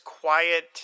quiet